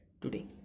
today